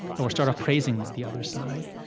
or start off praising the other side.